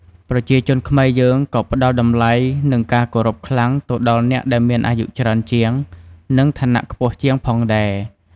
ប្រជាជនខ្មែរ យើងក៏ផ្ដល់តម្លៃ និងការគោរពខ្លាំងទៅដល់អ្នកដែលមានអាយុច្រើនជាង និងឋានៈខ្ពស់ជាងផងដែរ។